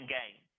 game